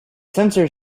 sensor